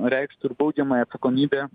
reikštų ir baudžiamąją atsakomybę